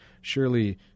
surely